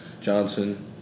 Johnson